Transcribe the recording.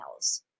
emails